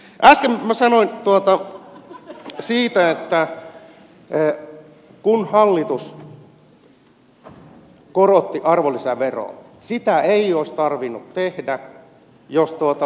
äsken minä sanoin siitä että kun hallitus korotti arvonlisäveroa sitä ei olisi tarvinnut tehdä jos olisi palautettu kela maksu